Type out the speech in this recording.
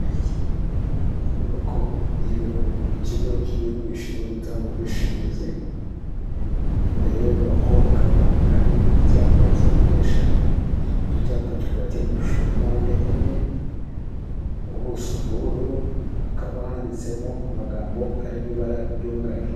Inyubako y'ibiro by'ikigo cy'igihugu gishinzwe gutanga ubwishingizi, imbere y'iyo nyubako hakaba hari icyapa kimenyesha, icyo cyapa kikaba kiri mu ishusho ya mpande enye, ubuso bw'ubururu, hakaba handitsemo amagambo ari mu ibara ry'umweru.